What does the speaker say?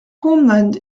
homeland